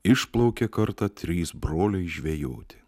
išplaukė kartą trys broliai žvejoti